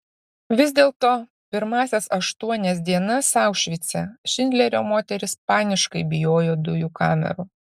vis dėlto pirmąsias aštuonias dienas aušvice šindlerio moterys paniškai bijojo dujų kamerų